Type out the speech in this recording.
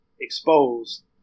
exposed